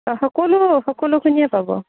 সকলো সকলোখিনিয়ে পাব